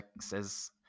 says